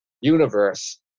universe